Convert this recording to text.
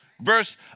Verse